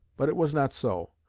but it was not so.